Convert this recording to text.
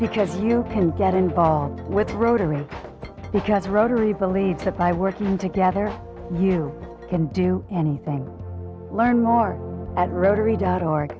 because new can get involved with rotary because rotary believes that by working together you can do and learn more at rotary dot org